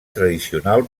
tradicional